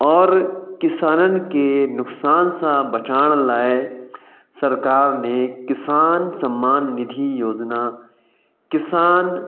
और किसाननि के नुक़सान सां बचाइण लाइ सरकार ने किसान सम्मान निधि योजना किसान